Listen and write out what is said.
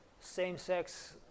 same-sex